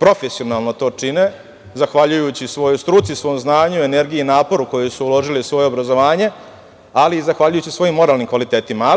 profesionalno to čine, zahvaljujući svojoj struci, svom znanju i energiji, koju su uložili u svoje obrazovanje, ali i zahvaljujući svojim moralnim kvalitetima.